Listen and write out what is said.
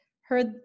heard